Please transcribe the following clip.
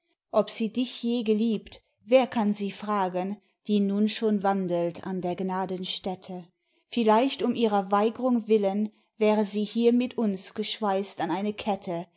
ob sie dich je geliebt wer kann sie fragen die nun schon wandelt an der gnaden stätte vielleicht um ihrer weigrung willen wäre sie hier mit uns geschweißt an eine kette